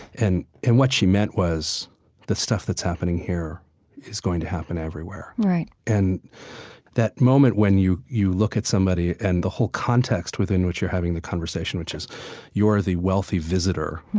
and and what she meant was the stuff that's happening here is going to happen everywhere right and that moment when you you look at somebody and the whole context within what you're having the conversation, which is you're the wealthy visitor,